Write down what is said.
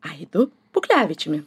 aidu puklevičiumi